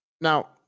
now